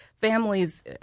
families